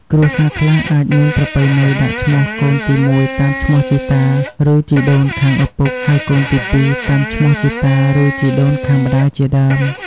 គ្រួសារខ្លះអាចមានប្រពៃណីដាក់ឈ្មោះកូនទីមួយតាមឈ្មោះជីតា ឬជីដូនខាងឪពុក ហើយកូនទីពីរតាមឈ្មោះជីតា ឬជីដូនខាងម្តាយជាដើម។